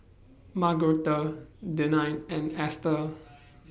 Margaretta Denine and Ester